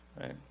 Right